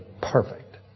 perfect